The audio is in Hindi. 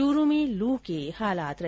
चूरू में लू के हालात रहे